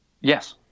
Yes